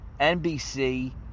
nbc